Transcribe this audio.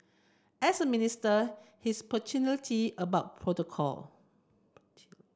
as a minister he's punctuality about protocol